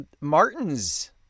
Martin's